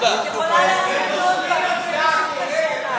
בבקשה,